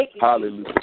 Hallelujah